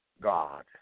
God